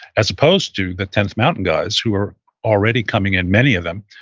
as opposed to the tenth mountain guys, who were already coming in, many of them,